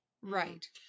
right